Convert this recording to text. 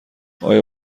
آیا